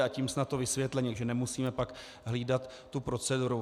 A tím snad to vysvětlení, že nemusíme pak hlídat tu proceduru.